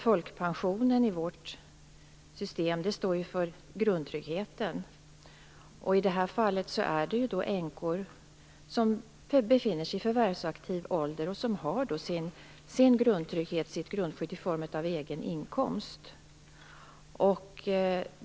Folkpensionen i vårt system står ju för grundtryggheten, och i det här fallet är det fråga om änkor som befinner sig i förvärvsaktiv ålder och som har sitt grundskydd i form av egen inkomst.